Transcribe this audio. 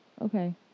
okay